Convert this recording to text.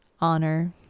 honor